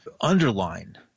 underline